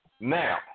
Now